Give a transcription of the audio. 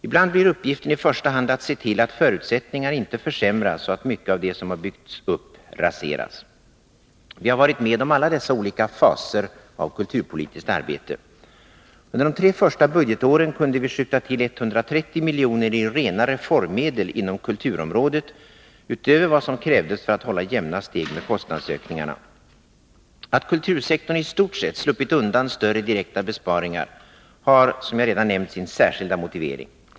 Ibland blir uppgiften i första hand att se till att förutsättningarna inte försämras så att mycket av det som byggts upp raseras. Vi har varit med om alla dessa olika faser av kulturpolitiskt arbete. Under de tre första budgetåren kunde vi skjuta till 130 milj.kr. i rena reformmedel inom kulturområdet — utöver vad som krävdes för att hålla jämna steg med kostnadsökningarna. Att kultursektorn i stort sett sluppit undan större direkta besparingar har, som jag redan nämnt, sin särskilda motivering.